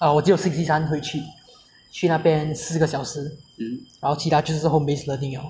我只有星期三会去去那边四个小时然后其他就是 home based learning liao